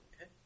Okay